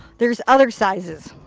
there's other sizes.